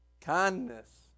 kindness